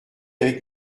avec